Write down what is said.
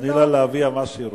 תני לה להביע מה שהיא רוצה.